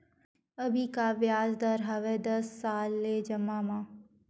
अभी का ब्याज दर हवे दस साल ले जमा मा?